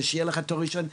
ושיהיה לך תואר ראשון,